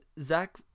Zach